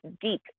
deep